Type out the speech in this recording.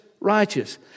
righteous